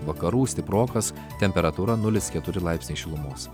vakarų stiprokas temperatūra nulis keturi laipsniai šilumos